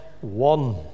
one